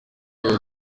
urwo